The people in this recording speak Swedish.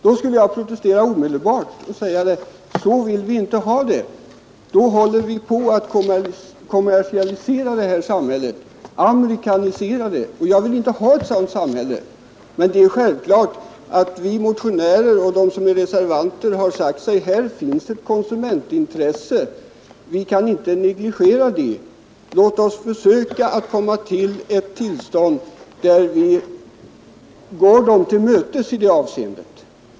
Då skulle jag omedelbart protestera och säga, att så vill vi inte ha det. Det skulle innebära att vi kommersialiserade samhället och amerikaniserade det, och jag vill inte ha ett sådant samhälle. Men det är självklart att vi motionärer och de som är reservanter har menat att det finns ett konsumentintresse som man inte kan negligera. Låt oss därför försöka uppnå ett tillstånd där vi går dem till mötes i det avseendet!